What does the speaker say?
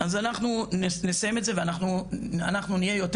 אז אנחנו נסיים את זה ואנחנו נהייה יותר